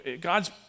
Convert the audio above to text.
God's